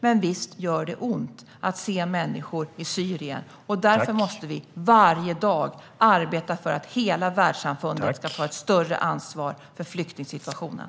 Men visst gör det ont att se människor i Syrien. Därför måste vi varje dag arbeta för att hela världssamfundet ska ta ett större ansvar för flyktingsituationen.